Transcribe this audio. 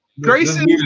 Grayson